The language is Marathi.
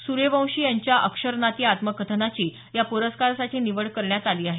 सूर्यवंशी यांच्या अक्षरनाती या आत्मकथनाची या पुरस्कारासाठी निवड करण्यात आली आहे